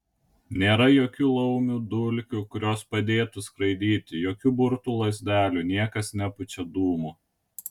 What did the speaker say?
nėra jokių laumių dulkių kurios padėtų skraidyti jokių burtų lazdelių niekas nepučia dūmų